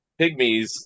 Pygmies